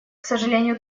сожалению